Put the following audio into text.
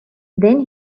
then